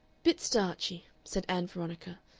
bit starchy, said ann veronica,